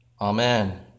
Amen